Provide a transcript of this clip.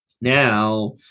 Now